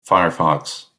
firefox